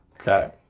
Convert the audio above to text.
Okay